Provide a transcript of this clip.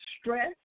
stress